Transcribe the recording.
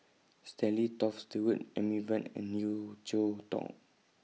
Stanley Toft Stewart Amy Van and Yeo Cheow Tong